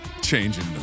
Changing